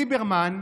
ליברמן,